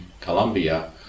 Colombia